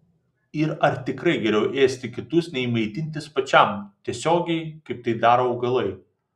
ir ar tikrai geriau ėsti kitus nei maitintis pačiam tiesiogiai kaip daro augalai